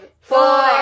four